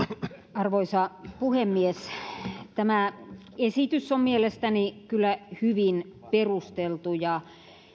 arvoisa puhemies tämä esitys on mielestäni kyllä hyvin perusteltu ja